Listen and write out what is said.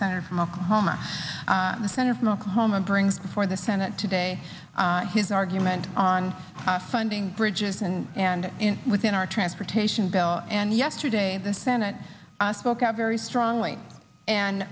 senator from oklahoma in the senate smoke homa brings before the senate today his argument on funding bridges and and within our transportation bill and yesterday the senate spoke out very strongly and